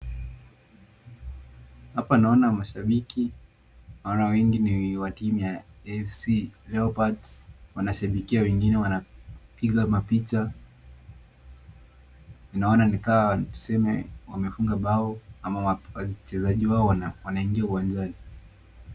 hapa naona mashabiki naona wengi ni wa timu ya fc leopards wanashabikia wengine wanapiga mapicha ninaona nikama niseme wamefunga bao ama wachezaji wao wanaingia uwanjani